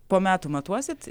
po metų matuosit